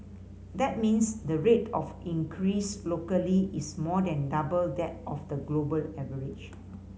that means the rate of increase locally is more than double that of the global average